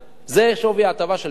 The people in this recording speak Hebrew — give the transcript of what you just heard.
זה שווי ההטבה של 100,000 שקל.